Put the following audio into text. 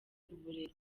uburezi